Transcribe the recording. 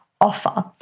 offer